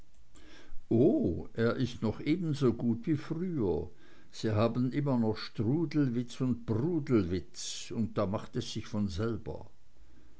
oh er ist noch ebensogut wie früher sie haben immer noch strudelwitz und prudelwitz und da macht es sich von selber